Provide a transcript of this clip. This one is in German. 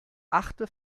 achte